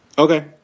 Okay